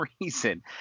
reason